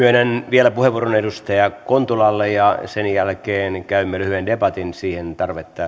vielä puheenvuoron edustaja kontulalle ja sen jälkeen käymme lyhyen debatin siihen tarvetta